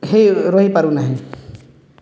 ହୋଇ ରହିପାରୁନାହିଁ